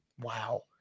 Wow